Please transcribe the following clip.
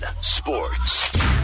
sports